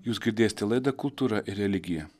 jūs girdėsite laidą kultūra ir religija